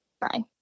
Bye